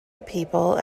people